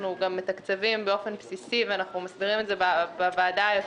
אנחנו גם מתקצבים באופן בסיסי ואנחנו מסבירים את זה וועדה יותר